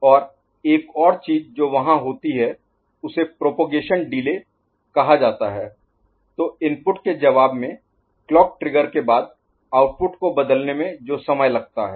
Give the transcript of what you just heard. और एक और चीज जो वहां होती है उसे प्रोपगेशन डिले Propagation Delay प्रसार विलंब कहा जाता है तो इनपुट के जवाब में क्लॉक ट्रिगर के बाद आउटपुट को बदलने में जो समय लगता है